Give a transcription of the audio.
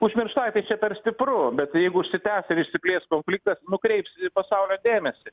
užmirštai tai čia per stipru bet jeigu užsitęs ir išsiplės konfliktas nukreips pasaulio dėmesį